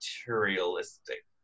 materialistic